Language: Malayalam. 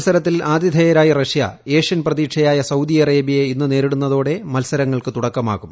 മത്സരത്തിൽ ആതിഥേയരായ ഗ്രൂപ്പ് റഷ്യ എ ഏഷ്യൻ പ്രതീക്ഷയായ സൌദി അറേബ്യയെ ഇന്ന് നേരിടുന്നതോടെ മത്സരങ്ങൾക്ക് തുടക്കമാകും